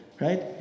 right